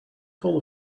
full